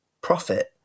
profit